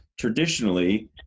traditionally